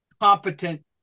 competent